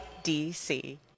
DC